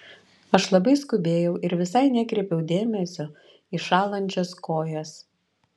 aš labai skubėjau ir visai nekreipiau dėmesio į šąlančias kojas